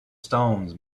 stones